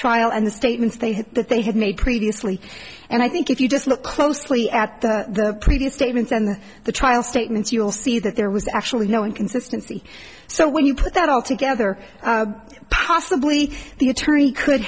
trial and the statements they had that they had made previously and i think if you just look closely at the previous statements and the trial statements you'll see that there was actually no inconsistency so when you put that all together possibly the attorney could